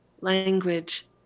language